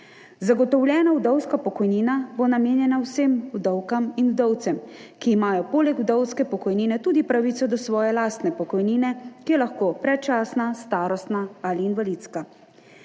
Zagotovljena vdovska pokojnina bo namenjena vsem vdovam in vdovcem, ki imajo poleg vdovske pokojnine tudi pravico do svoje lastne pokojnine, ki je lahko predčasna, starostna ali invalidska.